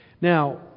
Now